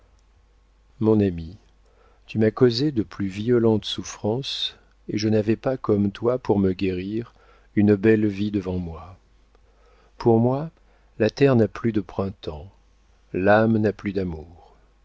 mon ami tu m'as causé de plus violentes souffrances et je n'avais pas comme toi pour me guérir une belle vie devant moi pour moi la terre n'a plus de printemps l'âme n'a plus d'amour